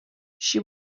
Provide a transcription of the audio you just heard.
she